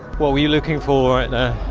what were you looking for